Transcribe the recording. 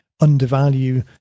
undervalue